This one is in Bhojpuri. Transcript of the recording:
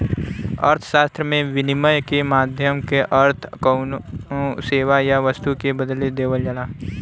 अर्थशास्त्र में, विनिमय क माध्यम क अर्थ कउनो सेवा या वस्तु के बदले देवल जाला